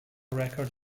record